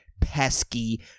pesky